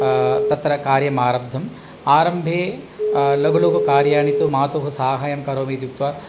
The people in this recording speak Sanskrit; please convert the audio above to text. तत्र कार्यमारब्धम् आरम्भे लघु लघु कार्याणि तु मातुः साहाय्यं करोमि इति उक्त्वा